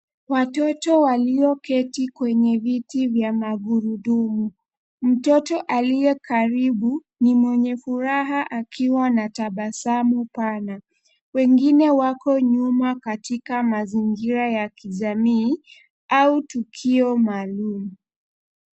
Watoto walioketi kwenye viti vya magurudumu. Mtoto aliye karibu ni mwenye furaha akiwa na tabasamu pana. Wengine wako nyuma katika mazingira ya kijamii au tukio maalum.